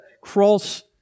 cross